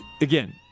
again